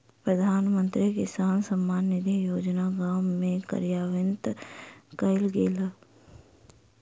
प्रधानमंत्री किसान सम्मान निधि योजना गाम में कार्यान्वित कयल गेल